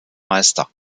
meister